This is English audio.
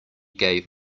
gave